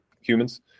humans